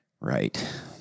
Right